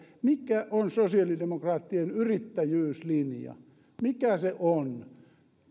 mikä on sosiaalidemokraattien yrittäjyyslinja mikä se on